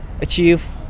achieve